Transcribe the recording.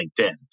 LinkedIn